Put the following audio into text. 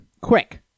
quick